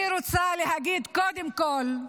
אני רוצה להגיד, קודם כול,